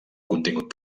contingut